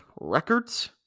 records